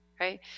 right